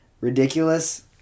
ridiculous